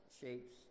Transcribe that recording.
shapes